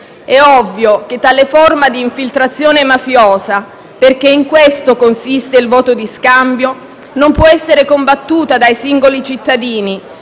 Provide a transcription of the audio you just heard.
È ovvio che tale forma di infiltrazione mafiosa, perché in questo consiste il voto di scambio, non può essere combattuta dai singoli cittadini,